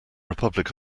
republic